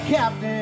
Captain